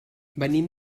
venim